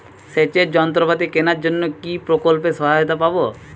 সেচের যন্ত্রপাতি কেনার জন্য কি প্রকল্পে সহায়তা পাব?